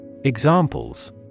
Examples